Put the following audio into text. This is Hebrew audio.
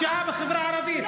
האחראי לפשיעה בחברה הערבית,